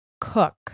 Cook